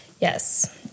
Yes